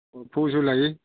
ꯀꯣꯔꯐꯨꯁꯨ ꯂꯩ